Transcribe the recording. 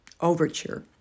Overture